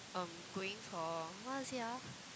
um going for what I want say ah